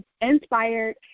inspired